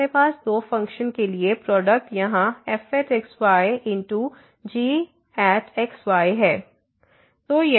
अब हमारे पास दो फ़ंक्शन के लिए प्रोडक्ट यहाँ fx yx gx y है